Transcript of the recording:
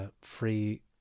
free